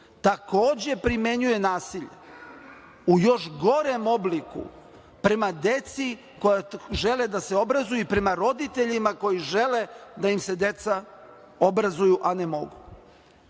takođe primenjuje nasilje u još gorem obliku prema deci koja žele da se obrazuju i prema roditeljima koji žele da im se deca obrazuju a ne